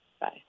Bye